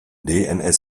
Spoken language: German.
dns